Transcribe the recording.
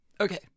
Okay